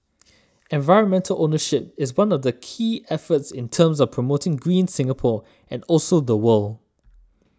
environmental ownership is one of the key efforts in terms of promoting green Singapore and also the world